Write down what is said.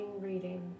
reading